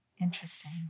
Interesting